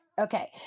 okay